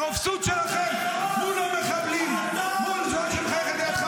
הרפיסות שלכם מול המחבלים ------- זאת שמחייכת לידך,